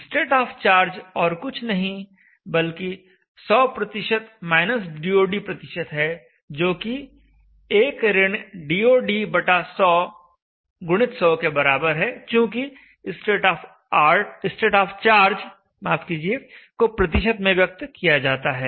state of charge और कुछ नहीं बल्कि 100 DoD है जोकि 1 - DoD 100 x 100 के बराबर है चूँकि स्टेट ऑफ चार्ज को प्रतिशत में व्यक्त किया जाता है